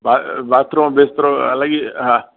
bath bathroom बिस्तरो अलॻि ई हा